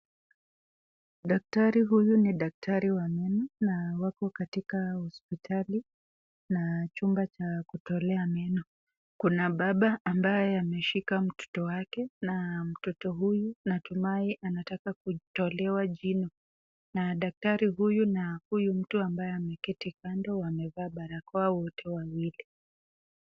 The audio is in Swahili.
Daktari huyu ni daktari wa meno, na wako katika hospitali na chumba cha kutolewa meno. Kuna baba ambaye ameshika mtoto wake, na mtoto huyu natumai anataka kutolewa jino. Na Daktari huyu na huyu mtu wamevaa barakoa wote wawili.